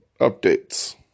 updates